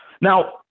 Now